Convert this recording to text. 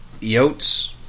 Yotes